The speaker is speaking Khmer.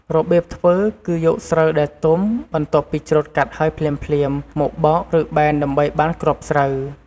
របៀបធ្វើគឺយកស្រូវដែលទុំ បន្ទាប់ពីច្រូតកាត់ហើយភ្លាមៗ មកបោក ឬបែនដើម្បីបានគ្រាប់ស្រូវ។